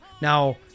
Now